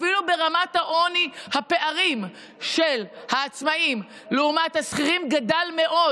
אפילו ברמת העוני הפער בין העצמאים לשכירים גדל מאוד,